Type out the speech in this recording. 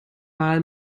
mal